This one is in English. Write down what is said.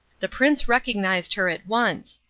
the prince recognised her at once,